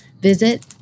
Visit